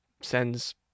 sends